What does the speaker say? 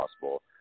possible